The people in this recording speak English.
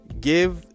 give